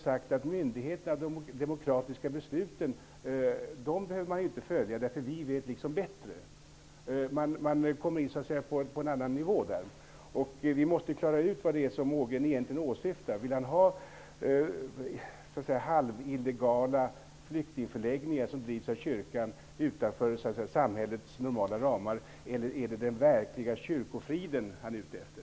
Därmed anser de att de inte behöver följa demokratiska beslut, därför att de vet bättre. Jag vill klara ut vad Ågren egentligen åsyftar. Vill han ha halvillegala flyktingförläggningar som drivs av kyrkan, utanför samhällets normala ramar, eller är det den verkliga kyrkofriden han är ute efter?